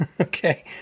Okay